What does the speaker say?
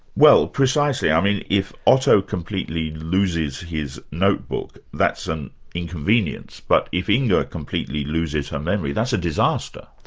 well, precisely. i mean if otto completely loses his notebook, that's an inconvenience, but if inge completely loses her memory, that's a disaster.